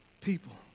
people